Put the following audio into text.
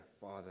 Father